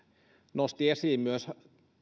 nosti esiin myös